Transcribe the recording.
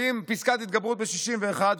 ואם פסקת התגברות ב-61,